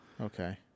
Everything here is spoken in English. Okay